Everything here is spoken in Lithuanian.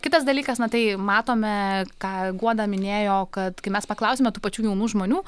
kitas dalykas na tai matome ką guoda minėjo kad kai mes paklausėme tų pačių jaunų žmonių